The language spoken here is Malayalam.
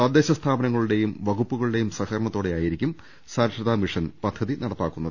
തദ്ദേശ സ്ഥാപനങ്ങളുടെയും വകുപ്പുകളുടെയും സഹകരണത്തോടെ ആയിരിക്കും സാക്ഷരതാ മിഷൻ പദ്ധതി നടപ്പാക്കുന്നത്